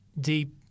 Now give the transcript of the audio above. deep